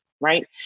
Right